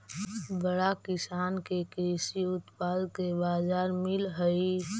बड़का किसान के कृषि उत्पाद के बाजार मिलऽ हई